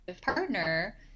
partner